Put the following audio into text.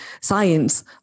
science